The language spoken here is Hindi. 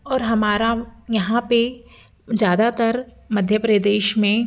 और हमारा यहाँ पर ज़्यादातर मध्य प्रदेश में